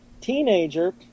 teenager